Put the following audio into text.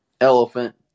elephant